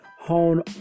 Hone